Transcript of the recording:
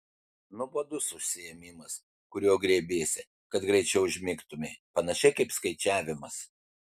nuobodus užsiėmimas kurio griebiesi kad greičiau užmigtumei panašiai kaip skaičiavimas